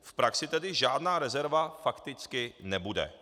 V praxi tedy žádná rezerva fakticky nebude.